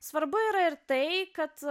svarbu yra ir tai kad